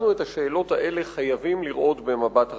אנחנו חייבים לראות את השאלות האלה במבט רחב.